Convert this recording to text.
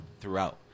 throughout